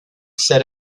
set